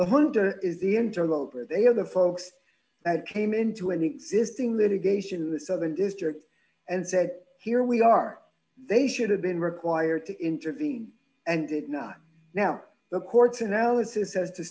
interloper they are the folks that came into an existing litigation in the southern district and said here we are they should have been required to intervene and it not now the courts analysis as to